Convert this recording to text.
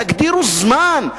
תגדירו זמן.